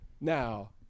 now